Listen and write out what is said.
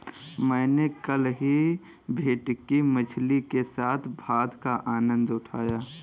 मैंने कल ही भेटकी मछली के साथ भात का आनंद उठाया